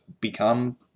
become